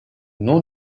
nom